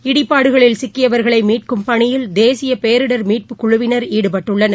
இடிபாடுகளில் சிக்கியவர்களை மீட்கும் பணியில் தேசிய பேரிடர் மீட்புக் குழுவினர் ஈடுபட்டுள்ளனர்